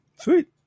Sweet